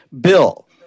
bill